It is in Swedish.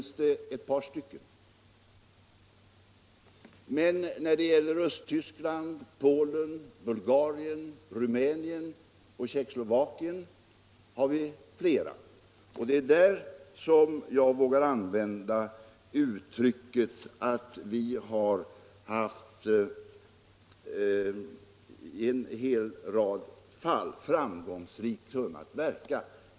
När det gäller Sverige-Sovjet finns ett par fall, men när det gäller Östtyskland, 57 Polen, Bulgarien, Rumänien och Tjeckoslovakien har vi flera. Det är beträffande dem jag vågar använda uttrycket att vi i en hel rad fall har kunnat verka framgångsrikt.